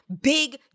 big